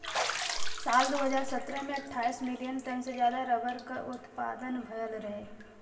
साल दू हज़ार सत्रह में अट्ठाईस मिलियन टन से जादा रबर क उत्पदान भयल रहे